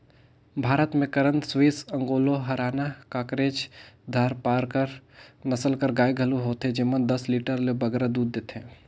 भारत में करन स्विस, ओंगोल, हराना, केकरेज, धारपारकर नसल कर गाय घलो होथे जेमन दस लीटर ले बगरा दूद देथे